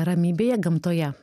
ramybėje gamtoje